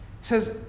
says